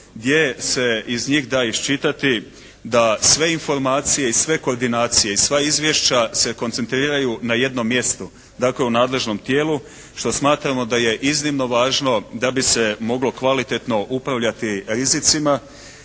gdje se iz njih da iščitati da sve informacije i sve koordinacije i sva izvješća se koncentriraju na jednom mjestu, dakle u nadležnom tijelu što smatramo da je iznimno važno da bi se moglo kvalitetno upravljati rizicima,